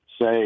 say